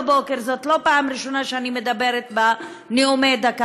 זאת לא פעם ראשונה שאני מדברת על זה בנאומים בני דקה.